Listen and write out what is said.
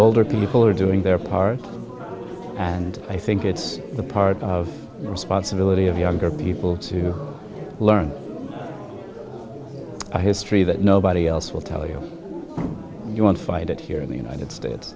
older people are doing their part and i think it's the part of responsibility of younger people to learn by history that nobody else will tell you you won't find it here in the united states